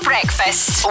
Breakfast